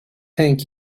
thank